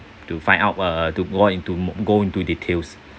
to find out uh to go into mo~ go into details